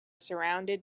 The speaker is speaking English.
surrounded